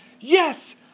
yes